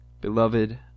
Beloved